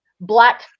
black